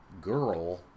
girl